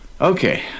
okay